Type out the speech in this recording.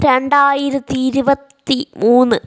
രണ്ടായിരത്തി ഇരുപത്തി മൂന്ന്